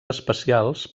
especials